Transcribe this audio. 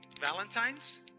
Valentine's